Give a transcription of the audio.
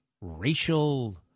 racial